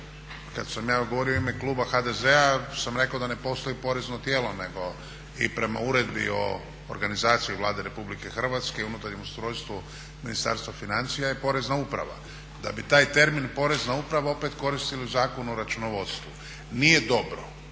Kad sam ja govorio u ime kluba HDZ-a sam rekao da ne postoji porezno tijelo nego i prema Uredbi o organizaciji Vlade RH i unutarnjem ustrojstvu Ministarstva financija je Porezna uprava. Da bi taj termin Porezna uprava opet koristili u Zakonu o računovodstvu. Nije dobro,